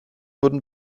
wurden